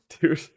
dude